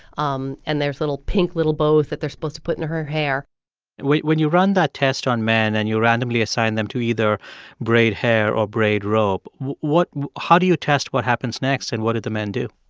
um and there's little pink little bows that they're supposed to put in her hair and when you run that test on men and you randomly assign them to either braid hair or braid rope, what how do you test what happens next? and what did the men do?